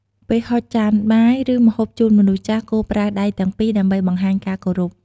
ពេលហុចចានបាយ ឬម្ហូបជូនមនុស្សចាស់ គួរប្រើដៃទាំងពីរដើម្បីបង្ហាញការគោរព។